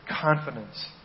confidence